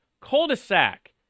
cul-de-sac